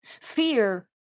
Fear